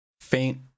faint